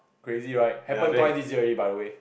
crazy right happened twice this years already by the way